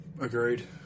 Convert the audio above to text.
Agreed